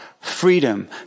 freedom